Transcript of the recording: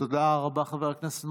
תודה רבה, חבר הכנסת מרגי.